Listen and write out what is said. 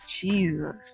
Jesus